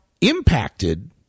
impacted